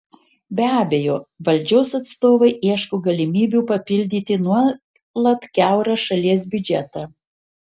be abejo valdžios atstovai ieško galimybių papildyti nuolat kiaurą šalies biudžetą